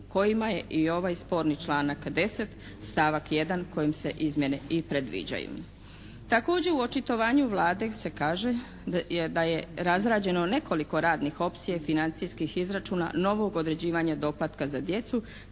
kojima je i ovaj sporni članak 10. stavak 1. kojim se izmjene i predviđaju. Također u očitovanju Vlade se kaže da je razrađeno nekoliko radnih opcija i financijskih izračuna novog određivanja doplatka za djecu